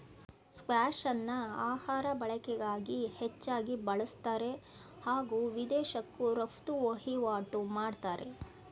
ಸ್ಕ್ವಾಷ್ಅನ್ನ ಆಹಾರ ಬಳಕೆಗಾಗಿ ಹೆಚ್ಚಾಗಿ ಬಳುಸ್ತಾರೆ ಹಾಗೂ ವಿದೇಶಕ್ಕೂ ರಫ್ತು ವಹಿವಾಟು ಮಾಡ್ತಾರೆ